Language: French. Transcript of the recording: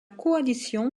coalition